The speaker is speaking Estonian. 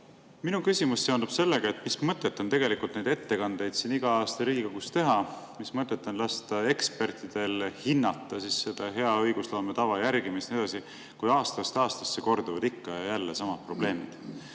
Minu küsimus seondub sellega, et mis mõtet on tegelikult neid ettekandeid siin igal aastal Riigikogus teha, mis mõtet on lasta ekspertidel hinnata hea õigusloome tava järgimist ja nii edasi, kui aastast aastasse korduvad ikka ja jälle samad probleemid.